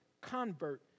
convert